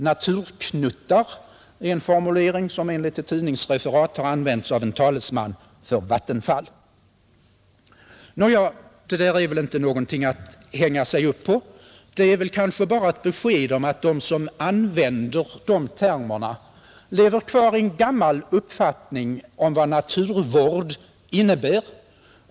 ”Naturknuttar” är en formulering som enligt ett tidningsreferat har använts av en talesman för Vattenfall. Nåja, det där är kanske inte något att hänga upp sig på. Det kanske bara är ett besked om att de som använder dessa termer lever kvar i en gammal uppfattning om vad naturvård innebär.